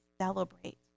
celebrate